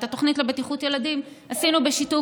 את התוכנית לבטיחות ילדים עשינו בשיתוף